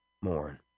mourn